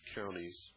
counties